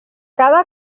cada